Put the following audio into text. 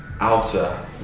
outer